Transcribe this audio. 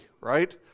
right